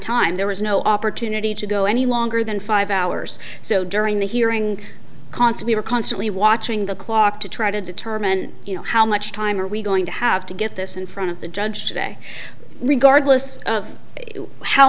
time there was no opportunity to go any longer than five hours so during the hearing consummate are constantly watching the clock to try to determine you know how much time are we going to have to get this in front of the judge today regardless of how